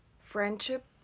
friendship